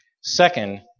Second